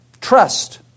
Trust